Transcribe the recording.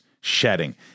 shedding